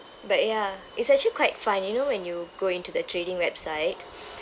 but ya it's actually quite fun you know when you go into the trading website